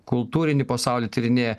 kultūrinį pasaulį tyrinėja